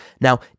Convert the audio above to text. Now